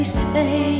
say